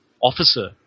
officer